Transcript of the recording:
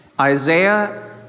Isaiah